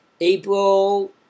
April